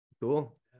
Cool